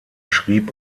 schrieb